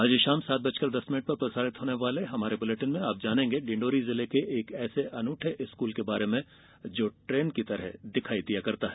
आज शाम सात बजकर दस मिनट प्रसारित होने वाले हमारे बुलेटिन में आप जानेंगें डिंडोरी जिले के एक ऐसे अनूठे स्कूल के बारे में जो ट्रेन की तरह दिखाई दिया करता है